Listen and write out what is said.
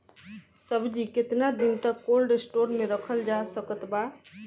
सब्जी केतना दिन तक कोल्ड स्टोर मे रखल जा सकत बा?